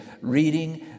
reading